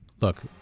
Look